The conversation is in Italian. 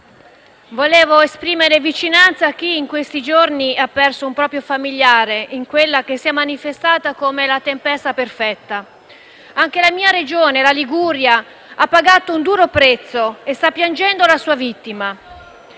vorrei esprimere vicinanza a chi in questi giorni ha perso un proprio familiare in quella che si è manifestata come la tempesta perfetta. Anche la mia Regione, la Liguria, ha pagato un duro prezzo e sta piangendo la sua vittima.